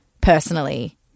personally